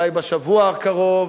אולי בשבוע הקרוב,